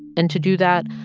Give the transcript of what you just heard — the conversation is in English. and to do that,